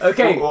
Okay